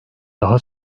daha